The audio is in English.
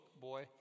boy